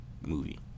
movie